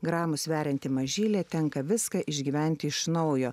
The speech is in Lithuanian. gramų sverianti mažylė tenka viską išgyventi iš naujo